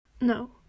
No